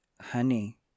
honey